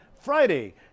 Friday